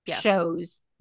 shows